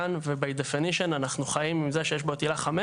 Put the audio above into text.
קטן ו- by definition אנחנו חיים עם זה שיש בו את עילה 5,